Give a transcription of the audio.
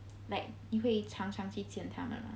like 你会常常去见他们吗